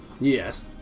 Yes